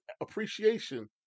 appreciation